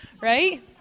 Right